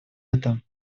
это